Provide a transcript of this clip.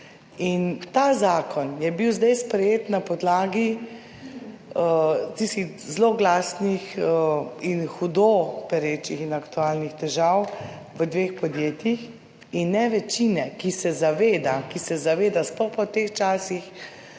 (Nadaljevanje) je bil zdaj sprejet na podlagi tistih zloglasnih in hudo perečih in aktualnih težav v dveh podjetjih in ne večine, ki se zaveda, ki se zaveda